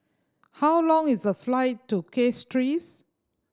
how long is the flight to Castries